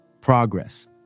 Progress